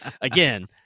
Again